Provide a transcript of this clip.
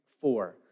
four